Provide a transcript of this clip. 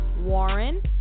Warren